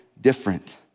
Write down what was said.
different